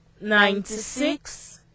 ninety-six